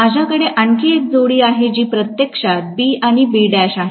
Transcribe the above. माझ्याकडे आणखी एक जोडी आहे जी प्रत्यक्षात B आणि Bl आहे